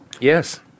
Yes